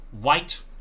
White